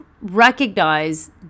recognize